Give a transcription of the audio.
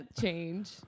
change